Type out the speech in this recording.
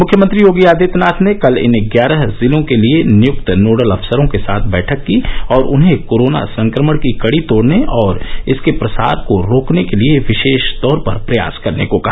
मुख्यमंत्री योगी आदित्यनाथ ने कल इन ग्यारह जिलों के लिए नियुक्त नोडल अफसरों के साथ बैठक की और उन्हें कोरोना संक्रमण की कड़ी तोड़ने और इसके प्रसार को रोकने के लिए विशेष तौर पर प्रयास करने को कहा